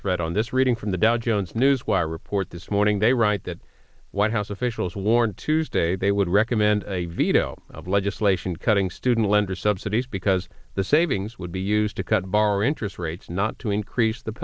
threat on this reading from the dow jones newswire report this morning they write that white house officials warned tuesday they would recommend a veto of legislation cutting student lender subsidies because the savings would be used to cut bar interest rates not to increase the